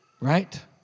right